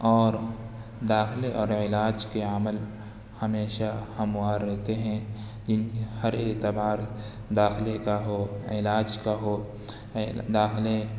اور داخلے اور علاج کے عمل ہمیشہ ہموار رہتے ہیں جن ہر اعتبار داخلے کا ہو علاج کا ہو داخلے